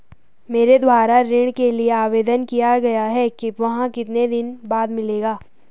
मेरे द्वारा ऋण के लिए आवेदन किया गया है वह कितने दिन बाद मिलेगा?